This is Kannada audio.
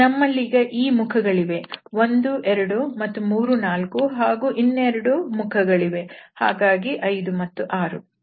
ನಮ್ಮಲ್ಲೀಗ ಈ ಮುಖಗಳಿವೆ 1 2 ಮತ್ತೆ 3 4 ಹಾಗೂ ಇನ್ನೆರಡು ಮುಖಗಳಿವೆ ಹಾಗಾಗಿ 5 ಮತ್ತು 6